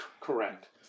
Correct